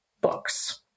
books